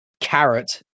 Carrot